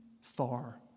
far